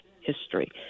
history